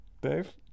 Dave